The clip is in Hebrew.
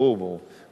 ברור, ברור.